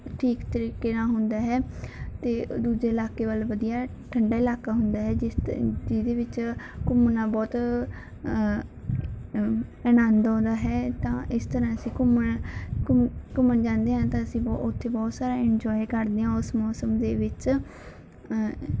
ਠੀਕ ਤਰੀਕੇ ਨਾਲ ਹੁੰਦਾ ਹੈ ਅਤੇ ਦੂਜੇ ਇਲਾਕੇ ਵੱਲ ਵਧੀਆ ਠੰਢਾ ਇਲਾਕਾ ਹੁੰਦਾ ਹੈ ਜਿਸ ਜਿਹਦੇ ਵਿੱਚ ਘੁੰਮਣਾ ਬਹੁਤ ਆਨੰਦ ਆਉਂਦਾ ਹੈ ਤਾਂ ਇਸ ਤਰ੍ਹਾਂ ਅਸੀਂ ਘੁੰਮਣਾ ਘੁੰ ਘੁੰਮਣ ਜਾਂਦੇ ਹਾਂ ਤਾਂ ਅਸੀਂ ਉੱਥੇ ਬਹੁਤ ਸਾਰਾ ਇੰਜੋਏ ਕਰਦੇ ਹਾਂ ਉਸ ਮੌਸਮ ਦੇ ਵਿੱਚ